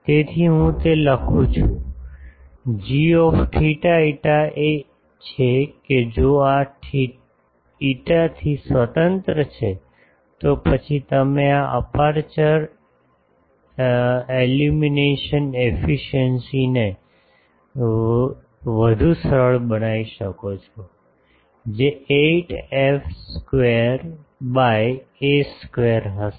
તેથી હું તે લખું છું g θ φ એ છે કે જો આ φ થી સ્વતંત્ર છે તો પછી તમે આ અપેર્ચર એલ્યુમિનેશન એફિસિએંસીને વધુ સરળ બનાવી શકો છો જે 8f square by a square હશે